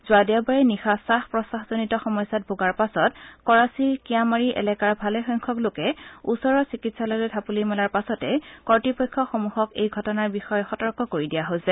যোৱা দেওবাৰে নিশা খাহ প্ৰখাসজনিত সমস্যাত ভোগাৰ পিছত কৰাচিৰ কিয়ামাৰী এলেকাৰ ভালেসংখ্যক লোকে ওচৰৰ চিকিৎসালয়লৈ ঢাপলি মেলাৰ পাছতে কৰ্তৃপক্ষসমূহক এই ঘটনাৰ বিষয়ে সতৰ্ক কৰি দিয়া হৈছে